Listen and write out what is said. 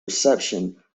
reception